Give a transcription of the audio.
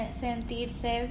sentirse